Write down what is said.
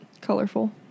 Colorful